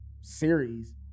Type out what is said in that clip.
series